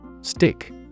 Stick